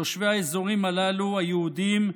תושבי האזורים הללו, היהודים,